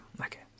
okay